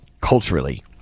culturally